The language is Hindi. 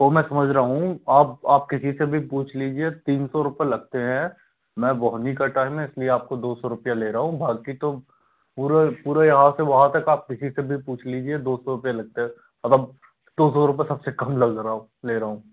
वो मैं समझ रहा हूँ आप आप किसी से भी पूछ लीजिए तीन सौ रुपये लगते हैं मैंम बोहनी का टाइम इस लिए आपको दो सौ रुपये ले रहा हूँ बाक़ी तो पूरे पूरे यहाँ से वहाँ तक आप किसी से भी पूछ लीजिए दो सौ रुपये लगते हैं मतलब दो सौ रुपये सब से कम लग रहा ले रहा हूँ